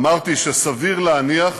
אמרתי שסביר להניח